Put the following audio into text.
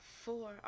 four